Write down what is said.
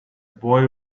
boy